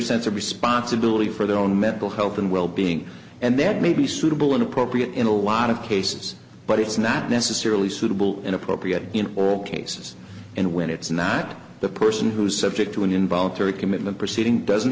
sense of responsibility for their own mental health and wellbeing and that may be suitable and appropriate in a lot of cases but it's not necessarily suitable and appropriate in all cases and when it's not the person who is subject to an involuntary commitment proceeding doesn't